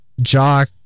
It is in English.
Jock